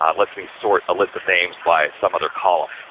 um let's me sort a list of names by some other column.